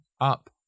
up